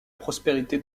prospérité